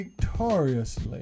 victoriously